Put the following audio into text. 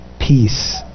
peace